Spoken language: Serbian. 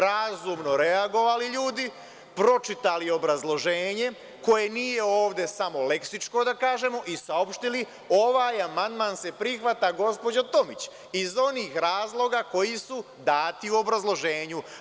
Razumno reagovali ljudi, pročitali obrazloženje, koje nije ovde samo leksičko, da kažemo, i saopštili - ovaj amandman se prihvata, gospođo Tomić, iz onih razloga koji su dati u obrazloženju.